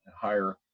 higher